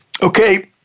Okay